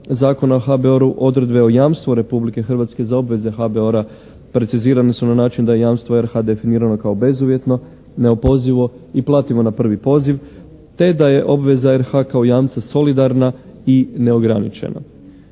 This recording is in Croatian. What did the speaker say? Ona kaže da se jamstva RH za obveze HBOR-a precizirane su na način da je jamstvo RH definirano kao bezuvjetno neopozivo i plativo na prvi poziv te da je obveza RH kao jamca solidarna i neograničena.